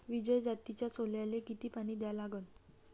विजय जातीच्या सोल्याले किती पानी द्या लागन?